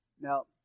now